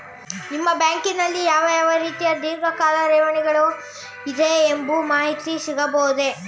ನಿಮ್ಮ ಬ್ಯಾಂಕಿನಲ್ಲಿ ಯಾವ ಯಾವ ರೀತಿಯ ಧೀರ್ಘಕಾಲ ಠೇವಣಿಗಳು ಇದೆ ಎಂಬ ಮಾಹಿತಿ ಸಿಗಬಹುದೇ?